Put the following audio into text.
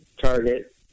target